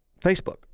Facebook